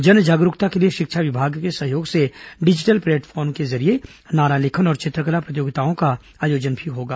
जन जागरूकता के लिए शिक्षा विभाग के सहयोग से डिजिटल प्लेटफार्म के जरिये नारा लेखन और चित्रकला प्रतियोगिताओं का आयोजन भी होगा